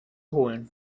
holen